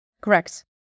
Correct